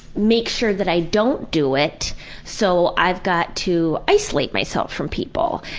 make sure that i don't do it so i've got to isolate myself from people.